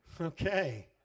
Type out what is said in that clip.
Okay